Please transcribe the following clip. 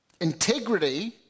Integrity